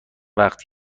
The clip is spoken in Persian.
وقت